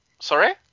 Sorry